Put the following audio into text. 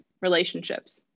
relationships